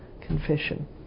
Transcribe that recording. confession